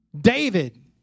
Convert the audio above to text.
David